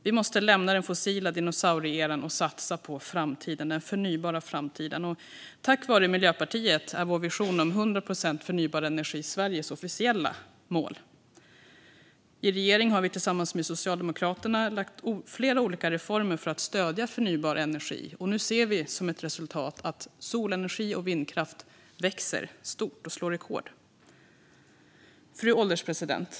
Vi måste lämna den fossila dinosaurieeran och satsa på den förnybara framtiden. Tack vare Miljöpartiet är vår vision om 100 procent förnybar energi Sveriges officiella mål. I regeringen har vi tillsammans med Socialdemokraterna lagt fram flera olika reformer för att stödja förnybar energi, och nu ser vi som ett resultat att solenergi och vindkraft växer och slår rekord. Fru ålderspresident!